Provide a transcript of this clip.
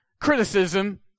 criticism